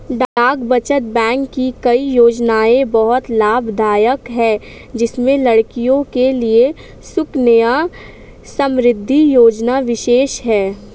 डाक बचत बैंक की कई योजनायें बहुत लाभदायक है जिसमें लड़कियों के लिए सुकन्या समृद्धि योजना विशेष है